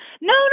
no